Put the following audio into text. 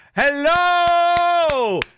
Hello